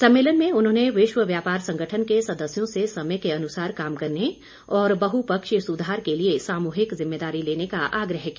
सम्मेलन में उन्होंने विश्व व्यापार संगठन के सदस्यों से समय के अनुसार काम करने और बहुपक्षीय सुधार के लिए सामूहिक जिम्मेदारी लेने का आग्रह किया